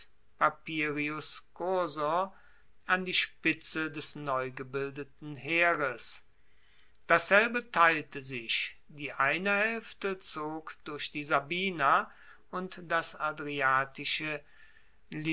papirius cursor an die spitze des neugebildeten heeres dasselbe teilte sich die eine haelfte zog durch die sabina und das adriatische